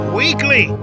weekly